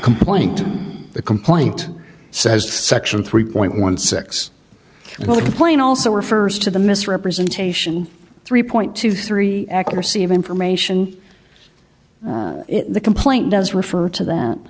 complaint the complaint says section three point one six well the complaint also refers to the misrepresentation three point two three accuracy of information the complaint does refer to that